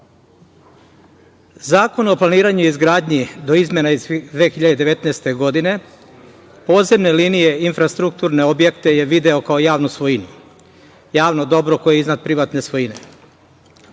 o planiranju i izgradnji, do izmena iz 2019. godine, podzemne linije infrastrukturne objekte je video kao javnu svojinu, javno dobro koje je iznad privatne svojine,